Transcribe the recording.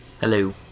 Hello